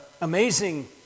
amazing